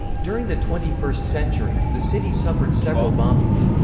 during the twenty first century, the city suffered several bombings.